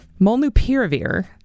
molnupiravir